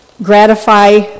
Gratify